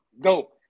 go